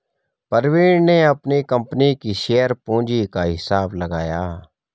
प्रवीण ने अपनी कंपनी की शेयर पूंजी का हिसाब लगाया